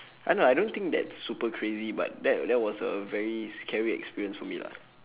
uh nah I don't think that's super crazy but that that was a very scary experience for me lah